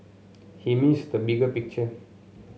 he missed the bigger picture